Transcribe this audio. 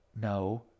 No